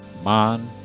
man